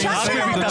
אני מסיים.